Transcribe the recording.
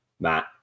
Matt